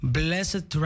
blessed